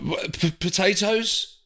Potatoes